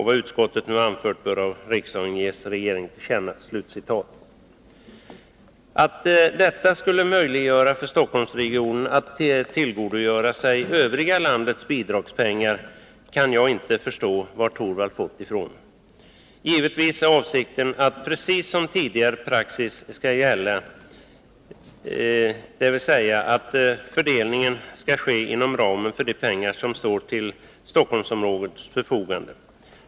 Vad utskottet nu anfört bör av riksdagen ges regeringen till känna.” Varifrån Rune Torwald har fått att detta skulle möjliggöra för Stockholmsregionen att tillgodogöra sig övriga landets bidragspengar kan jag inte förstå. Givetvis är avsikten att praxis precis som tidigare skall gälla, dvs. att fördelningen skall ske inom ramen för de medel som står till Stockholmsområdets förfogande.